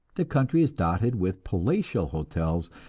the country is dotted with palatial hotels,